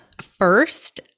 First